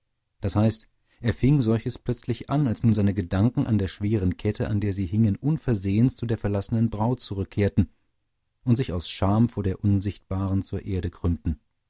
das heißt er fing solches plötzlich an als nun seine gedanken an der schweren kette an der sie hingen unversehens zu der verlassenen braut zurückkehrten und sich aus scham vor der unsichtbaren zur erde